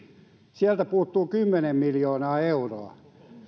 sieltä puuttuu kymmenen miljoonaa euroa